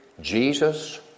Jesus